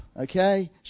okay